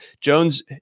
Jones